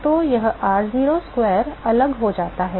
तो r0 वर्ग अलग हो जाता है